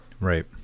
Right